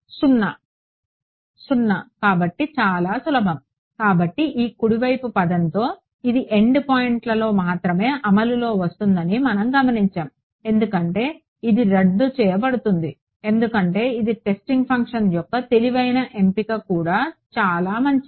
0 కాబట్టి చాలా సులభం కాబట్టి ఈ కుడి వైపు పదంతో ఇది ఎండ్ పాయింట్లలో మాత్రమే అమలులోకి వస్తుందని మనం గమనించాము ఎందుకంటే ఇది రద్దు చేయబడుతుంది ఎందుకంటే ఇది టెస్టింగ్ ఫంక్షన్ యొక్క తెలివైన ఎంపిక కూడా చాలా మంచిది